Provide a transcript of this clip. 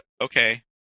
okay